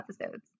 episodes